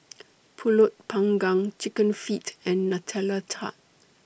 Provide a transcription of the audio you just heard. Pulut Panggang Chicken Feet and Nutella Tart